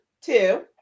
two